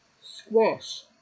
Squash